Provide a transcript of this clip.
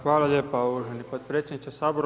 Hvala lijepa uvaženi potpredsjedniče HS.